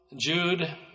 Jude